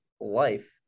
life